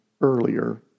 earlier